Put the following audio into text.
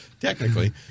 Technically